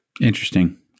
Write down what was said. Interesting